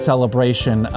celebration